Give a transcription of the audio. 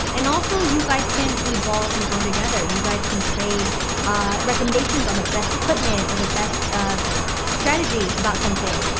and also you guys can evolve and grow together, you guys can trade recommendations on the best equipment or the best strategy about something.